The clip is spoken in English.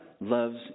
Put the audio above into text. loves